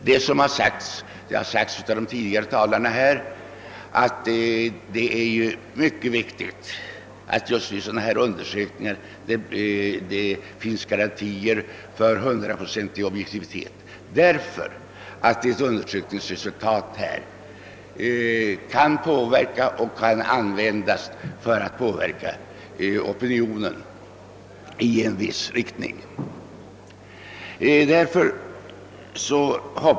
Det har sagts av de tidigare talarna här, och jag instämmer, att det är mycket viktigt just vid sådana här undersökningar att det finns garanti för hundraprocentig objektivitet, eftersom ett undersökningsresultat kan användas för att påverka opinionen i en viss riktning.